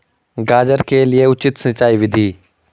गाजर के लिए उचित सिंचाई विधि?